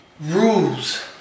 Rules